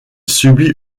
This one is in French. subit